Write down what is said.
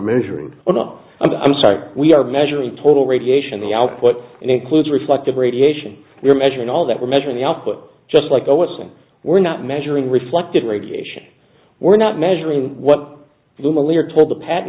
measuring or not i'm sorry we are measuring total radiation the output includes reflective radiation we're measuring all that we're measuring the output just like oh it's and we're not measuring reflective radiation we're not measuring what little we're told the patent